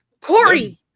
Corey